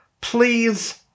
please